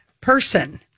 person